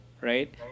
right